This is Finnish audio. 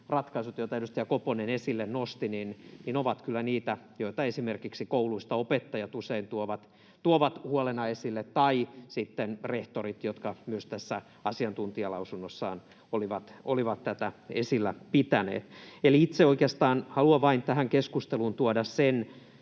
ratkaisut, joita edustaja Koponen esille nosti, ovat kyllä niitä, joita esimerkiksi kouluista opettajat usein tuovat huolena esille, tai sitten rehtorit, jotka myös tässä asiantuntijalausunnossaan olivat tätä esillä pitäneet. Eli itse oikeastaan haluan tähän keskusteluun tuoda vain